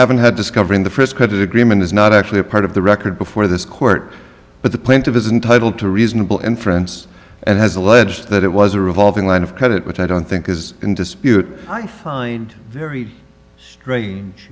haven't had discovering the first credit agreement is not actually a part of the record before this court but the point of his entitle to reasonable inference and has alleged that it was a revolving line of credit which i don't think is in dispute i find very strange